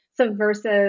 subversive